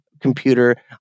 computer